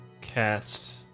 cast